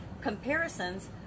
Comparisons